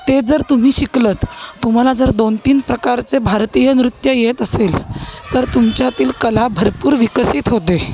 ते जर तुम्ही शिकलंत तुम्हाला जर दोन तीन प्रकारचे भारतीय नृत्य येत असेल तर तुमच्यातील कला भरपूर विकसित होते